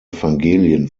evangelien